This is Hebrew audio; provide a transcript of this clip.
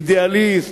אידיאליסט,